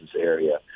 area